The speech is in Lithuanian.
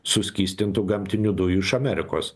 suskystintų gamtinių dujų iš amerikos